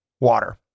water